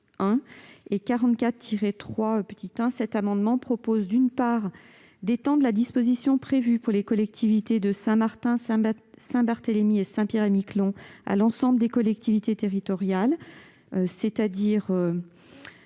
44, cet amendement vise à étendre la disposition prévue aux collectivités de Saint-Martin, Saint-Barthélemy et Saint-Pierre-et-Miquelon à l'ensemble des collectivités territoriales, de manière